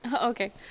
Okay